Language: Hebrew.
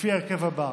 לפי ההרכב הבא,